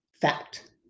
Fact